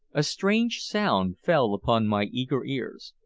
a strange sound fell upon my eager ears.